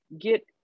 get